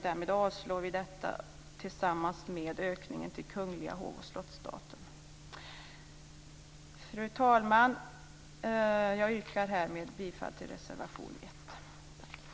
Därmed avslår vi detta, liksom ökningen till Fru talman! Jag yrkar härmed bifall till reservation 1.